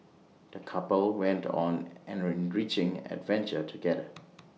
the couple went on an enriching adventure together